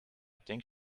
think